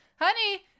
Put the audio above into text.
honey